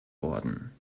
worden